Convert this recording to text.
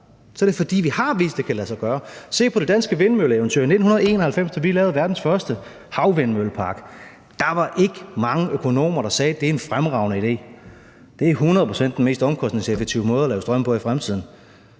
Det er, fordi vi har vist, at det kan lade sig gøre. Se på det danske vindmølleeventyr. I 1991, da vi lavede verdens første havvindmøllepark, var der ikke ret mange økonomer, der sagde, at det var en fremragende idé, at det 100 pct. var den mest omkostningseffektive måde at lave strøm på i fremtiden.